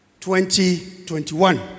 2021